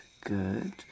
good